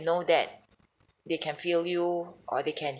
know that they can feel you or they can